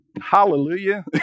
hallelujah